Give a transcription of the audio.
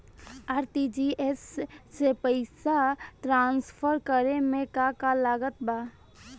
RTGS से पईसा transfer करे मे का का लागत बा?